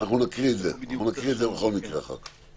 אנחנו נקריא את זה בכל מקרה אחר כך.